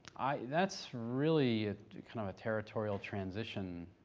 that's really a kind of a territorial transition,